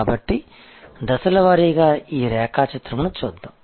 కాబట్టి దశలవారీగా ఈ రేఖాచిత్రంని చూద్దాము